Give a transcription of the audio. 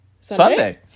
Sunday